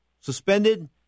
suspended